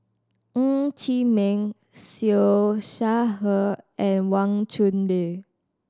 Ng Chee Meng Siew Shaw Her and Wang Chunde